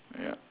ya